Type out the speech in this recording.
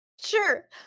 Sure